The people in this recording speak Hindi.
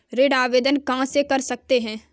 ऋण आवेदन कहां से कर सकते हैं?